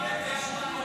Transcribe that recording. כלום.